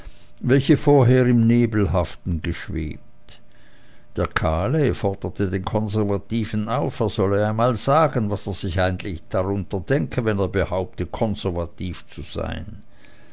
welche vorher im nebelhaften geschwebt der kahle forderte den konservativen auf er solle einmal sagen was er sich eigentlich darunter denke wenn er behaupte konservativ zu sein